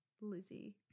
Lizzie